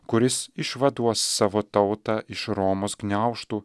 kuris išvaduos savo tautą iš romos gniaužtų